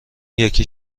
یکی